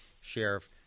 Sheriff